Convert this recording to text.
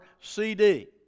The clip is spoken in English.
CD